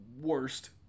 worst